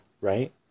Right